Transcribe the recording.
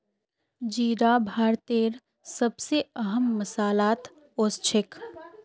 जीरा भारतेर सब स अहम मसालात ओसछेख